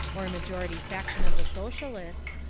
or majority faction of the socialists,